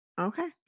Okay